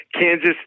Kansas